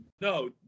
No